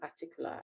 particular